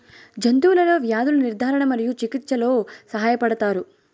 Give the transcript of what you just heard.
జంతువులలో వ్యాధుల నిర్ధారణ మరియు చికిత్చలో సహాయపడుతారు